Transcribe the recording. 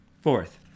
Fourth